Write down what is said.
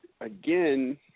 again